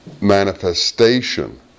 manifestation